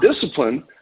discipline